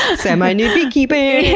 ah semi-nude beekeeping!